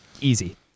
easy